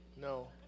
No